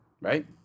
right